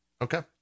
Okay